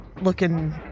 looking